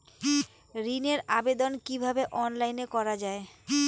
ঋনের আবেদন কিভাবে অনলাইনে করা যায়?